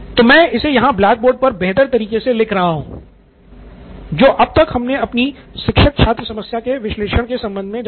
तो मैं इसे यहाँ ब्लैक बोर्ड पर बेहतर तरीके से लिख रहा हूं जो अब तक हमने अपनी शिक्षक छात्र समस्या के विश्लेषण के संबंध जाना